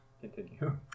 Continue